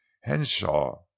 henshaw